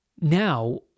Now